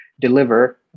deliver